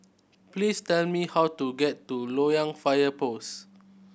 please tell me how to get to Loyang Fire Post